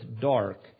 dark